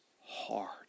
hard